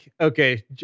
Okay